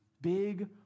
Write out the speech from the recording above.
big